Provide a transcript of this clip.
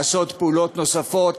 לעשות פעולות נוספות,